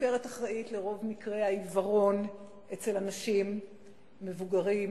הסוכרת אחראית לרוב מקרי העיוורון אצל אנשים מבוגרים.